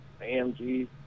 AMG